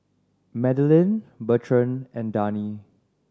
Madelene Bertrand and Dani